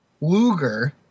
Luger